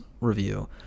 review